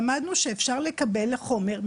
למדנו שאפשר לקבל חומר,